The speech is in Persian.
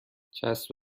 چسب